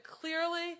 clearly